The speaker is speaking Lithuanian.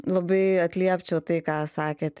labai atliepčiau tai ką sakėt